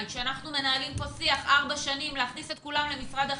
אנחנו מנהלים כאן שיח במשך ארבע שנים להכניס את כולם למשרד החינוך,